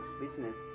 business